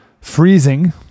freezing